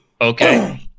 Okay